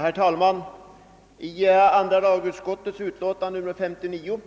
Herr talman! I andra lagutskottets utlåtande nr 59